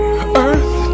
Earth